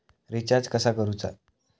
Recharge कसा करूचा?